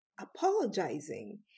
apologizing